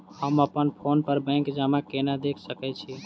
हम अप्पन फोन पर बैंक जमा केना देख सकै छी?